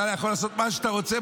אתה יכול לעשות מה שאתה רוצה,